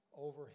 over